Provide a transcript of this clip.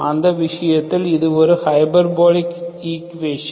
அந்த விஷயத்தில் இது ஒரு ஹைபர்போலிக் ஈக்குவேஷன்